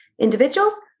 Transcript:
individuals